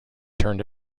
turned